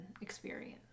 experience